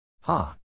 Ha